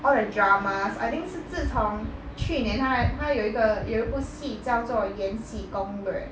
all the dramas I think 是自从去年它它有一个有一部戏叫做延禧攻略